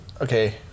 Okay